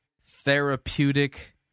therapeutic